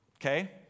okay